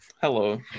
hello